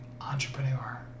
entrepreneur